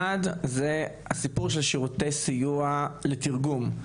דבר ראשון זה הסיפור של שירותי סיוע לתרגום,